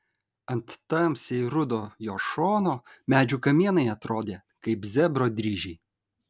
ant tamsiai rudo jo šono medžių kamienai atrodė kaip zebro dryžiai